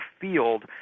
field